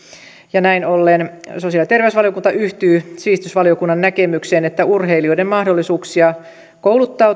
näin ollen sosiaali ja terveysvaliokunta yhtyy sivistysvaliokunnan näkemykseen että urheilijoiden mahdollisuuksia kouluttautua